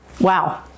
Wow